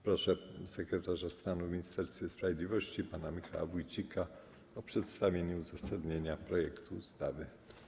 Proszę sekretarza stanu w Ministerstwie Sprawiedliwości pana Michała Wójcika o przedstawienie uzasadnienia projektu ustawy.